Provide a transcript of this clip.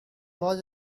was